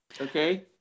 okay